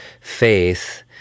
faith